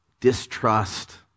distrust